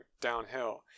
downhill